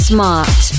Smart